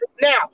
Now